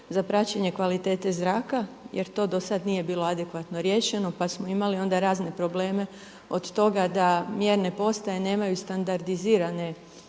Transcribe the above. za praćenje kvalitete zraka jer to do sada nije bilo adekvatno riješeno pa smo imali onda razne probleme od toga da mjerne postaje nemaju standardizirane